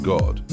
God